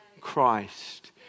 Christ